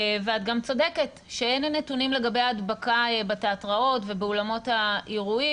את גם צודקת שאין נתונים לגבי ההדבקה בתיאטראות ובאולמות האירועים.